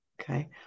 Okay